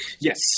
Yes